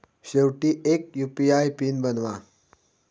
शेवटी एक UPI PIN बनवा